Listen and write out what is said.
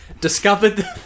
discovered